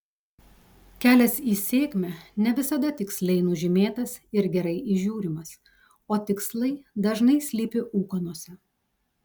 kelias į sėkmę ne visada tiksliai nužymėtas ir gerai įžiūrimas o tikslai dažnai slypi ūkanose